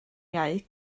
iau